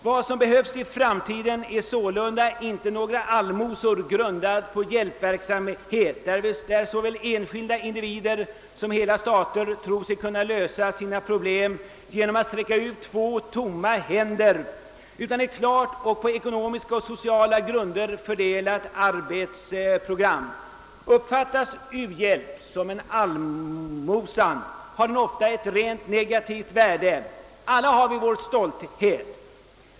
Vad som behövs i framtiden är sålunda inte någon på allmosor grundad hjälpverksamhet, där såväl enskilda individer som hela stater tror sig kunna lösa sina problem genom att räcka ut två tomma händer, utan ett klart och på ekonomiska och sociala grunder fördelat arbetsprogram. Uppfattas u-hjälp som en allmosa har den ofta ett rent negativt värde. Alla har vi vår stolthet.